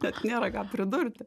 net nėra ką pridurti